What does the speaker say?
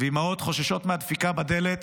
ואימהות חוששות מהדפיקה בדלת,